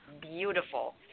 beautiful